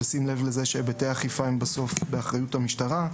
בשים לב לזה שהיבטי האכיפה הם בסוף באחריות המשטרה.